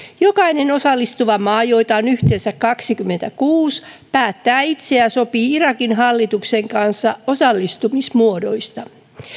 jokainen osallistuva maa joita on yhteensä kaksikymmentäkuusi päättää itse ja ja sopii irakin hallituksen kanssa osallistumismuodoista